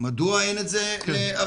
מדוע אין את זה לערבים?